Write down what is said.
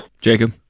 Jacob